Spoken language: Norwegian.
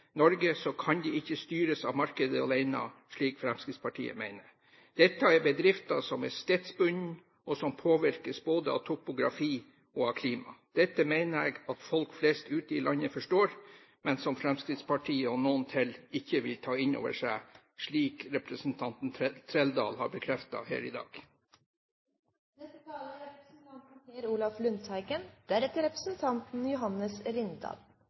Norge, så kan det ikke styres av markedet alene, slik Fremskrittspartiet mener. Dette er bedrifter som er stedsbundne, og som påvirkes både av topografi og av klima. Dette mener jeg at folk flest ute i landet forstår, men Fremskrittspartiet og noen til ikke vil ta inn over seg, slik representanten Trældal har bekreftet her i dag. Ifølge Eidsvoll Blad den 28. mars i år er